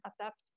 adapt